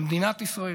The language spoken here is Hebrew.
למדינת ישראל,